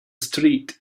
street